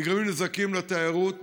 נגרמים נזקים לתיירות,